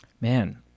Man